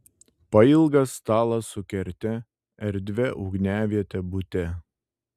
pailgas stalas su kerte erdvia ugniaviete bute